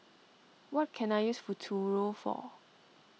what can I use Futuro for